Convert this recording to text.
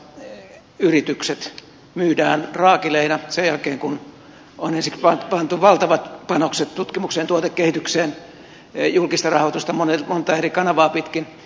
suomalaiset kasvavat yritykset myydään raakileina sen jälkeen kun on ensin pantu valtavat panokset tutkimukseen tuotekehitykseen julkista rahoitusta montaa eri kanavaa pitkin